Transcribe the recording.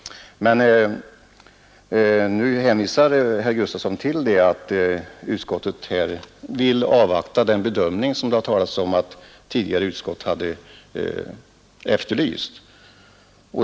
Men nu hänvisar herr Gustafson till att utskottet vill avvakta den bedömning som det har talats om att tidigare utskott har efterlyst.